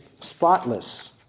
spotless